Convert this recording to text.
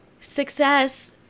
success